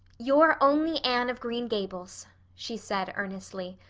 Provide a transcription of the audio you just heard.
you're only anne of green gables, she said earnestly,